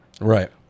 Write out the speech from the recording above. right